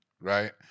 right